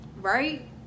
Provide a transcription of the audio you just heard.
right